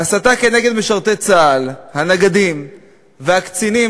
ההסתה כנגד משרתי צה"ל, הנגדים והקצינים,